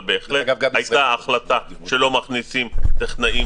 אבל בהחלט הייתה החלטה שלא מכניסים טכנאים